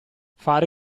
fare